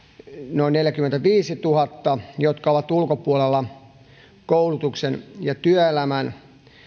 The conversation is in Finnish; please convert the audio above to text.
noin neljäkymmentäviisituhatta jotka ovat ulkopuolella koulutuksen ja työelämän